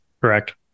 Correct